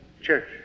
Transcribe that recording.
church